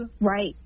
Right